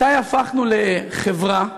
מתי הפכנו לחברה שמתביישת?